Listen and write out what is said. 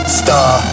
star